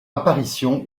apparition